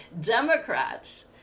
Democrats